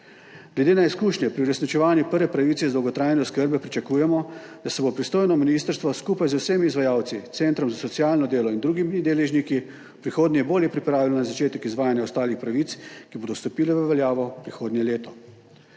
Glede na izkušnje pri uresničevanju prve pravice iz dolgotrajne oskrbe pričakujemo, da se bo pristojno ministrstvo skupaj z vsemi izvajalci, Centrom za socialno delo in drugimi deležniki v prihodnje bolje pripravilo na začetek izvajanja ostalih pravic, ki bodo stopile v veljavo prihodnje leto.